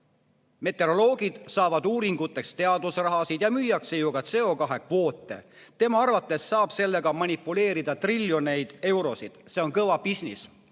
Meteoroloogid saavad uuringuteks teadusrahasid ja müüakse ju ka CO2kvoote. Tema arvates saab sellega manipuleerida triljonite eurode ulatuses. See on kõva bisnis.